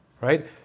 Right